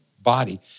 body